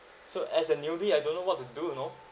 so as a newbie I don't know what to do you know